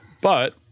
But-